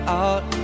out